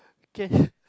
okay